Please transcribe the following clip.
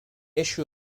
issue